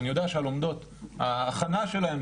אני יודע שההכנה של הלומדות,